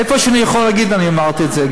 איפה שאני יכול להגיד, אני אמרתי את זה.